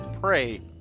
pray